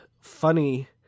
funny